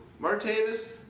Martavis